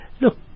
Look